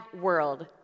world